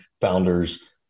founders